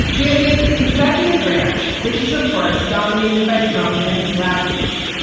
we have the executive branch, which is, of course, dominated by trump and his lackeys.